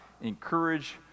encourage